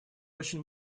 очень